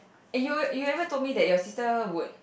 eh you you ever told me that your sister would